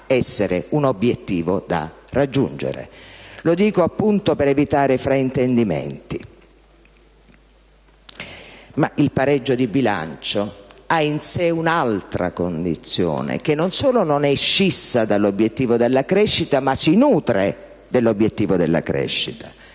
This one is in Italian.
un obiettivo da raggiungere;